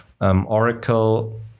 Oracle